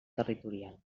territorial